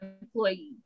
employee